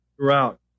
throughout